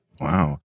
Wow